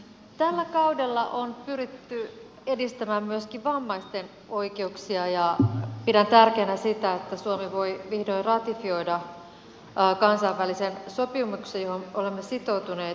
tällä kaudella on pyritty edistämään myöskin vammaisten oikeuksia ja pidän tärkeänä sitä että suomi voi vihdoin ratifioida kansainvälisen sopimuksen johon olemme sitoutuneet